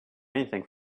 anything